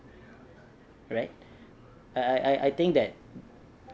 right I I think that